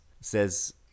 says